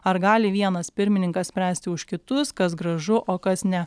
ar gali vienas pirmininkas spręsti už kitus kas gražu o kas ne